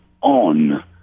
on